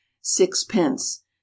sixpence